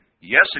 yes